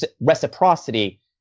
reciprocity